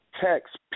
Text